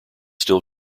still